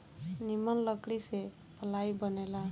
निमन लकड़ी से पालाइ बनेला